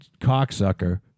cocksucker